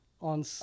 on